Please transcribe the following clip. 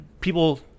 people